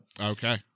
Okay